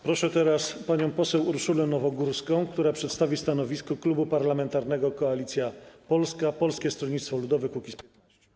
Proszę teraz panią poseł Urszulę Nowogórską, która przedstawi stanowisko Klubu Parlamentarnego Koalicja Polska - Polskie Stronnictwo Ludowe - Kukiz15.